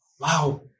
wow